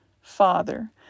Father